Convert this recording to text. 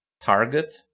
target